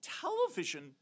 television